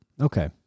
Okay